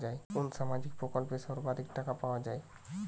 কোন সামাজিক প্রকল্পে সর্বাধিক টাকা পাওয়া য়ায়?